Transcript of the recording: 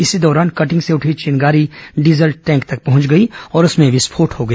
इसी दौरान कटिंग से उठी विंगारी डीजल टैंक तक पहुंच गई और उसमें विस्फोट हो गया